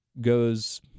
goes